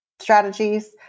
strategies